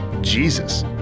Jesus